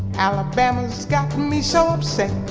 alabama's gotten me so upset.